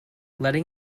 letting